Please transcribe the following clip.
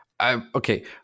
Okay